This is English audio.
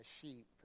sheep